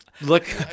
look